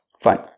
Fine